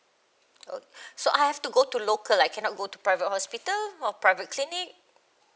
oh so I have to go to local like cannot go to private hospital or private clinic